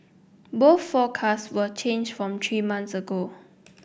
both forecasts were changed from three months ago